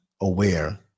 aware